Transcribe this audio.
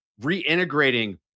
reintegrating